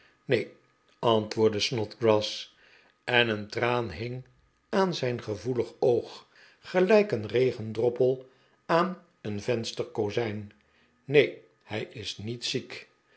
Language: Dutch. neen antwoordde snodgrass en een traan hing aan zijn gevoelig oog gelijk een regendroppel aan een vensterkozijn neen hij is niet ziek